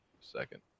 Second